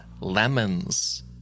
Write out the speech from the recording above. lemons